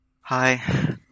hi